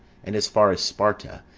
and as far as sparta,